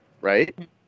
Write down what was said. right